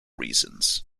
reasons